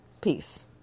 Peace